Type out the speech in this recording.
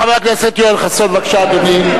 חבר הכנסת יואל חסון, בבקשה, אדוני.